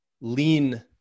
lean